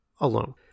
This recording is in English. alone